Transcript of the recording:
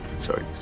Sorry